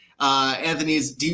Anthony's